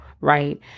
right